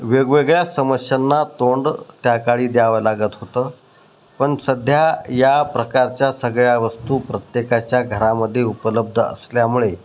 वेगवेगळ्या समस्यांना तोंड त्या काळी द्यावं लागत होतं पण सध्या या प्रकारच्या सगळ्या वस्तू प्रत्येकाच्या घरामध्ये उपलब्ध असल्यामुळे